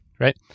Right